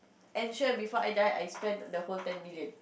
ensure before I die I spend the whole ten million